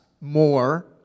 more